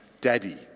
Daddy